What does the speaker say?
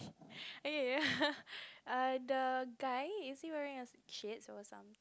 okau the guy is he wearing a shades or some